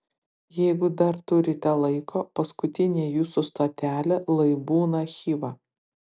jeigu dar turite laiko paskutinė jūsų stotelė lai būna chiva